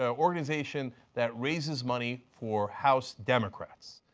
ah organization that raises money for house democrats.